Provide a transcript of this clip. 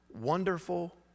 wonderful